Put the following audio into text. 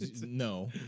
no